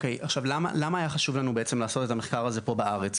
למה היה חשוב לנו בעצם לעשות את המחקר הזה פה בארץ?